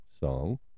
song